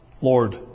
Lord